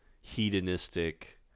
hedonistic